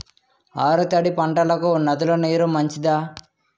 ఆరు తడి పంటలకు నదుల నీరు మంచిదా?